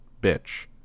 Bitch